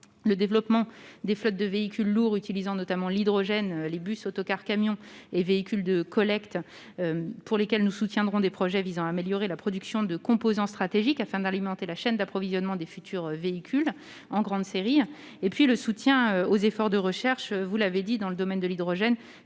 ; déploiement de flottes de véhicules lourds utilisant notamment l'hydrogène- bus, autocars, camions et véhicules de collecte des déchets -; soutien à des projets visant à améliorer la production de composants stratégiques afin d'alimenter la chaîne d'approvisionnement des futurs véhicules en grande série ; soutien aux efforts de recherche pour les différents modes de transport-